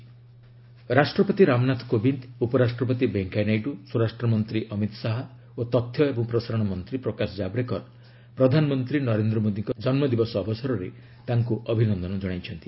PM birthday ରାଷ୍ଟ୍ରପତି ରାମନାଥ କୋବିନ୍ଦ ଉପରାଷ୍ଟ୍ରପତି ଭେଙ୍କିୟାନାଇଡ଼ୁ ସ୍ୱରାଷ୍ଟ୍ରମନ୍ତ୍ରୀ ଅମିତ ଶାହା ଓ ତଥ୍ୟ ଏବଂ ପ୍ରସାରଣ ମନ୍ତ୍ରୀ ପ୍ରକାଶ ଜାବଡେକର ପ୍ରଧାନମନ୍ତ୍ରୀ ନରେନ୍ଦ୍ର ମୋଦୀଙ୍କ ଜନ୍ମଦିବସ ଅବସରରେ ତାଙ୍କୁ ଅଭିନନ୍ଦନ କଣାଇଛନ୍ତି